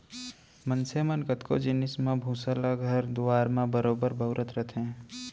मनसे मन कतको जिनिस म भूसा ल घर दुआर म बरोबर बउरत रथें